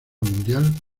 mundial